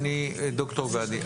ד"ר גדי,